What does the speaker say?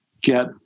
get